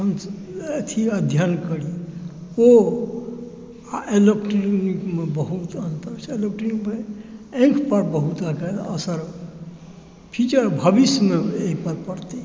अथी अध्ययन करी ओ आ इलेक्ट्रॉनिकमे बहुत अंतर छै एलेक्ट्रोनिकमे आँखि पर बहुत अखन असर फ़्यूचर भविष्यमे एहिपर परतै